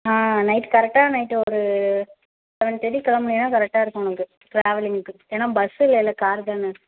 ஆ night கரெக்டாக night ஒரு seven தேர்ட்டிக் கிளம்னீன்னா கரெக்டாக இருக்கும் உனக்கு ட்ராவலிங்க்கு ஏன்னா பஸ்ஸு இல்லைல்ல காரு தானே